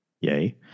Yay